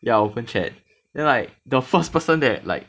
ya open chat then like the first person that like